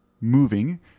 moving